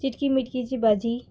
चिटकी मिटकीची भाजी